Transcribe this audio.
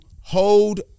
hold